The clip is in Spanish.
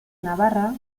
navarra